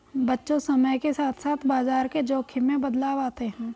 बच्चों समय के साथ साथ बाजार के जोख़िम में बदलाव आते हैं